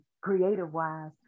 creative-wise